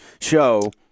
show